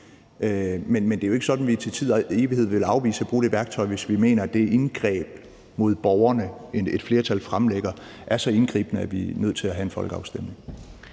Men det er jo ikke sådan, at vi til tid og evighed vil afvise at bruge det værktøj, hvis vi mener, at det indgreb mod borgerne, som et flertal fremlægger, er så indgribende, at vi er nødt til at have en folkeafstemning.